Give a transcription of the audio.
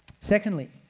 Secondly